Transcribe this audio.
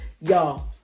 Y'all